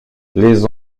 les